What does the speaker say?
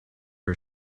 her